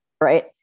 right